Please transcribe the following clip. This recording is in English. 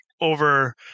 over